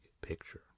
picture